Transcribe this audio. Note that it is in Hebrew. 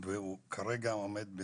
והוא כרגע עומד על